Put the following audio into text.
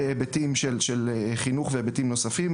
בהיבטים של חינוך והיבטים נוספים.